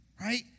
Right